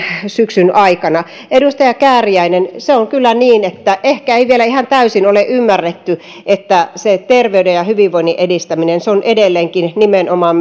syksyn aikana edustaja kääriäinen se on kyllä niin että ehkä ei vielä ihan täysin ole ymmärretty että se terveyden ja hyvinvoinnin edistäminen on edelleenkin nimenomaan